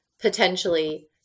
potentially